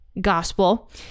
gospel